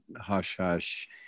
hush-hush